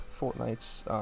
Fortnite's